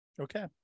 Okay